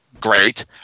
great